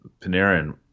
Panarin